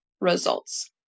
results